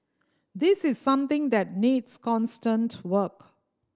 this is something that needs constant work